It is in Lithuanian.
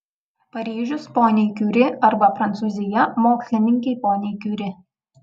paryžius poniai kiuri arba prancūzija mokslininkei poniai kiuri